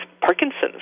Parkinson's